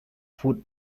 food